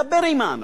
דבר עם האנשים,